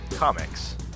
Comics